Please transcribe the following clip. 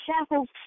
shackles